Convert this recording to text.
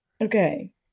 Okay